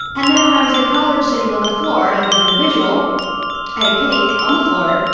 and then, when i was in college sitting on the floor, and i'll give you the visual i had a cake on the floor,